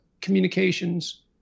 communications